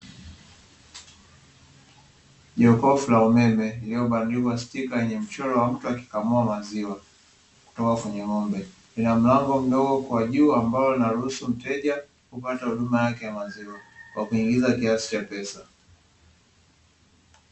Jokofu la umeme linalobandikwa stika yenye mchoro wa mtu akikamua maziwa kutoka kwenye ng'ombe. Lina mlango mdogo kwa juu ambao unaruhusu mteja kupata huduma yake ya maziwa kwa kuingiza kiasi cha pesa.